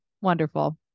Wonderful